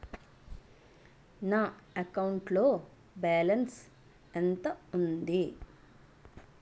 నా అకౌంట్ లో బాలన్స్ ఎంత ఉంది?